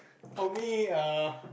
for me err